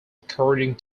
according